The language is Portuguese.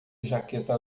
jaqueta